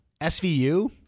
SVU